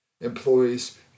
Employees